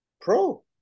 pro